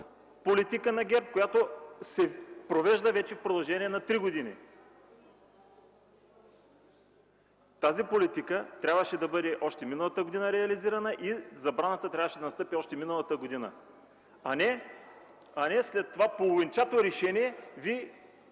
политика на ГЕРБ, която се провежда вече в продължение на три години. Тази политика още миналата година трябваше да бъде реализирана и забраната трябваше да настъпи още миналата година, а не след това половинчато решение Вие